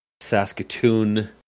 Saskatoon